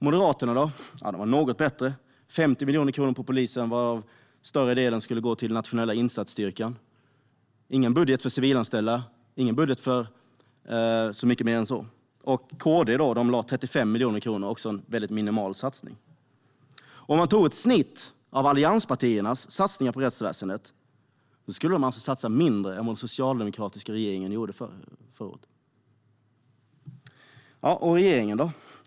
Moderaterna då? De var något bättre. De satsade 50 miljoner kronor på polisen, varav större delen skulle gå till nationella insatsstyrkan. Men det var ingen budget för civilanställda och ingen budget för så mycket mer än så. KD lade 35 miljoner kronor, vilket också det är en minimal satsning. Om man tar ett snitt av allianspartiernas satsningar på rättsväsendet ser man att de alltså skulle satsa mindre än vad den socialdemokratiska regeringen gjorde förra året. Regeringen då?